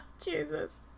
Jesus